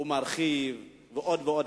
הוא מרחיב עוד ועוד.